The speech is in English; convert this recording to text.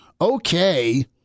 Okay